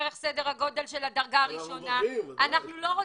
אחר כך 3,000 --- לא הבנתי.